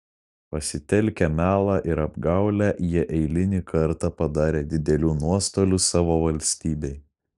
pasitelkę melą ir apgaulę jie eilinį kartą padarė didelių nuostolių savo valstybei